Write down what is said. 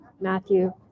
Matthew